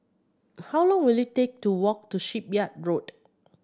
how long will it take to walk to Shipyard Road